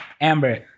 Amber